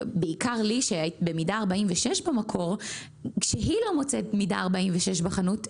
בעיקר לי שהיא במידה 46 במקור כשהיא לא מוצאת מידה 46 בחנות,